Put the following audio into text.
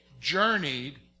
journeyed